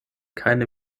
keine